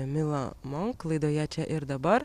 milą monk laidoje čia ir dabar